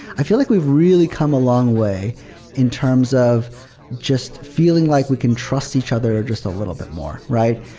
i feel like we've really come a long way in terms of just feeling like we can trust each other just a little bit more, right?